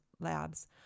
Labs